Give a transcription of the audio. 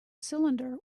cylinder